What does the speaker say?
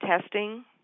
testing